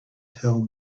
tell